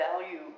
value